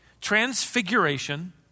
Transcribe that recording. Transfiguration